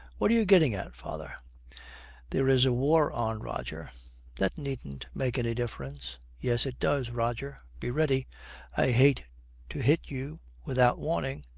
what are you getting at, father there is a war on, roger that needn't make any difference yes, it does. roger, be ready i hate to hit you without warning.